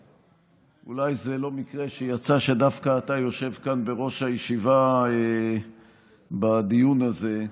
אולי זה לא מקרה שיצא שדווקא אתה יושב כאן בראש הישיבה בדיון הזה,